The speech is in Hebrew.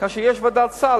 כשיש ועדת סל.